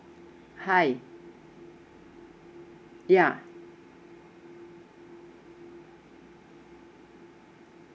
hi ya